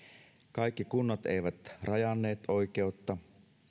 kaikki kunnat eivät rajanneet oikeutta